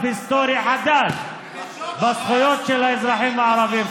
היסטורי חדש בזכויות של האזרחים הערבים.